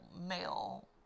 male